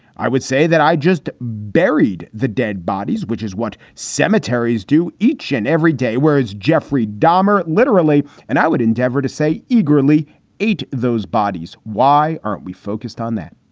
i would say that i just buried the dead bodies, which is what cemeteries do each and every day. where is jeffrey dahmer, literally? and i would endeavor to say eagerly eat those bodies. why aren't we focused on that?